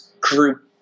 group